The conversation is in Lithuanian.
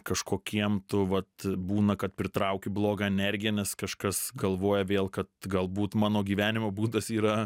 kažkokiem tu vat būna kad pritrauki blogą energiją nes kažkas galvoja vėl kad galbūt mano gyvenimo būdas yra